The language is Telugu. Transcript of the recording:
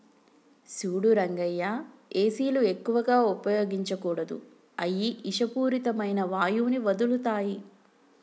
సూడు రంగయ్య ఏసీలు ఎక్కువగా ఉపయోగించకూడదు అయ్యి ఇషపూరితమైన వాయువుని వదులుతాయి